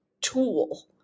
tool